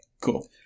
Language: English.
Cool